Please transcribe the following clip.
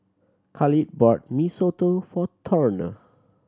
Khalid bought Mee Soto for Turner